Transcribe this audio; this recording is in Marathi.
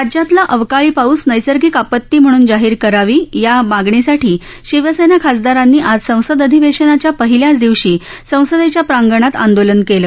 राज्यातला अवकाळी पाऊस नैसर्गिक आपती म्हणून जाहीर करावी या मागणीसाठी शिवसेना खासदारांनी आज संसद अधिवेशनाच्या पहिल्याच दिवशी संसदेच्या प्रागंणात आंदोलन केलं